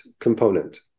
component